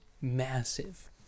Massive